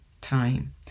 time